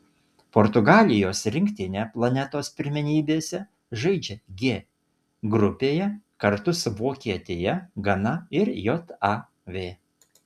portugalijos rinktinė planetos pirmenybėse žaidžia g grupėje kartu su vokietija gana ir jav